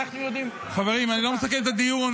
אני לא מסכם את הדיון.